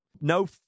no